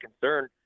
concern